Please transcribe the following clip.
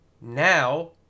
now